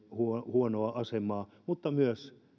huonolta asemalta mutta myös